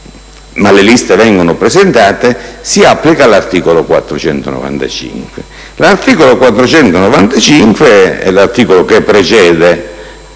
ma le liste vengono presentate, si applica l'articolo 495. L'articolo 495 è quello che precede: